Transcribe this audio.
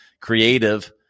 creative